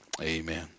Amen